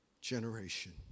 generation